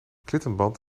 klittenband